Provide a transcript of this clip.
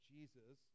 Jesus